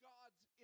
God's